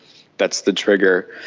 that's the trigger.